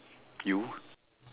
you